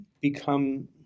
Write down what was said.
become